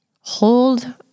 hold